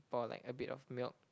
pour like a bit of milk